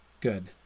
Good